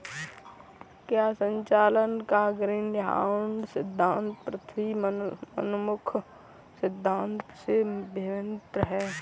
क्या संचालन का ग्रीनहाउस सिद्धांत पृथ्वी उन्मुख सिद्धांत से भिन्न है?